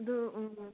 ꯑꯗꯨ